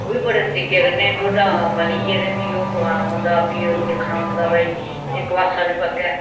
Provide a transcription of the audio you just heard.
ओह् बी बड़े तरीके कन्नै टोडा मलियै ते फ्ही ओह् पकाना पौंदा फ्ही ओह् दिक्खना पौंदा भाई एह् कबासा नी पक्कै